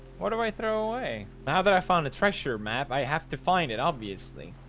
what do i throw away now that i found a treasure map i have to find it obviously